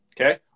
Okay